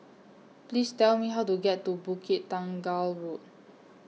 Please Tell Me How to get to Bukit Tunggal Road